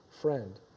friend